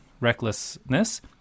recklessness